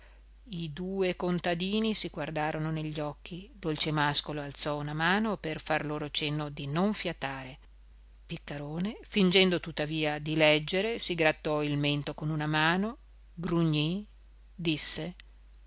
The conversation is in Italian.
i due contadini si guardarono negli occhi dolcemàscolo alzò una mano per far loro cenno di non fiatare piccarone fingendo tuttavia di leggere si grattò il mento con una mano grugnì disse